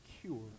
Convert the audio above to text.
cure